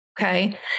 okay